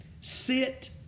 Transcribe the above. sit